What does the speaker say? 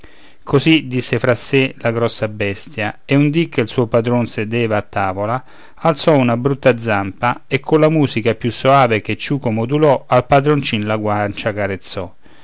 così disse fra sé la grossa bestia e un dì che il suo padron sedeva a tavola alzò una brutta zampa e colla musica più soave che ciuco modulò al padroncin la guancia carezzò